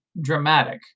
dramatic